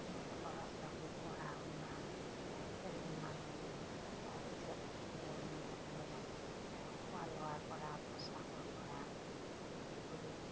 ল'ৰা ছোৱালীৰ পঢ়া শুনা খেল ধেমালি তাৰ পিছত দৈনন্দিন জীৱনত খোৱা লোৱাৰপৰা পোছাকৰপৰা আদি কৰি